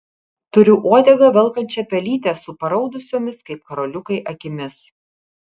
turiu uodegą velkančią pelytę su paraudusiomis kaip karoliukai akimis